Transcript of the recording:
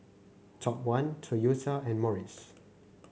Top One Toyota and Morries